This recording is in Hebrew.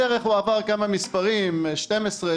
בדרך הוא עבר כמה מספרים: 12,